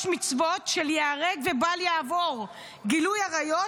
מצוות של ייהרג ובל יעבור: גילוי עריות,